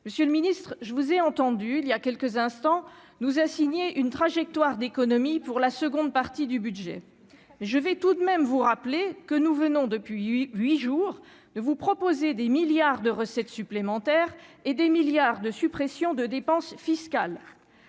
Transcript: monsieur le Ministre, je vous ai entendu il y a quelques instants, nous a signé une trajectoire d'économie pour la seconde partie du budget, je vais tout de même vous rappeler que nous venons depuis 8 jours ne vous proposer des milliards de recettes supplémentaires et des milliards de suppression de dépenses fiscales